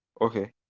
Okay